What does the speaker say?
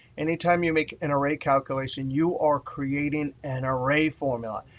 anytime you make an array calculation, you are creating an array formula.